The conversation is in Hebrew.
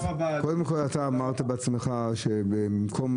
קודם כל אתה אמרת בעצמך שבמקום